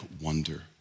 wonder